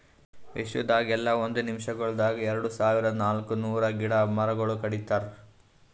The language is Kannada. ವಿಶ್ವದಾಗ್ ಎಲ್ಲಾ ಒಂದ್ ನಿಮಿಷಗೊಳ್ದಾಗ್ ಎರಡು ಸಾವಿರ ನಾಲ್ಕ ನೂರು ಗಿಡ ಮರಗೊಳ್ ಕಡಿತಾರ್